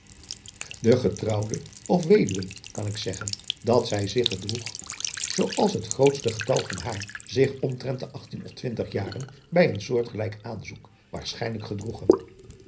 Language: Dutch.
de getrouwde of weduwen kan ik zeggen dat zij zich gedroeg zoo als het grootste getal van haar zich omtrent de achttien of twintig jaren bij een soortgelijk aanzoek waarschijnlijk gedroegen